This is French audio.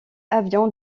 avion